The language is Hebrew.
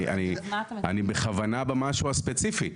אני בכוונה במשהו הספציפי.